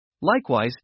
likewise